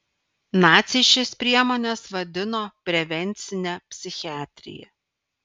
naciai šias priemones vadino prevencine psichiatrija